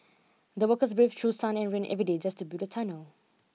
the workers braved through sun and rain every day just to build the tunnel